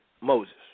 Moses